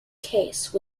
case